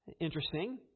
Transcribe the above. Interesting